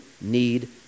need